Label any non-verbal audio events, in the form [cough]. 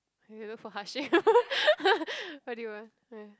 you look for Harshim [laughs] what did you want yeah